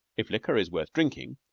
if liquor is worth drinking,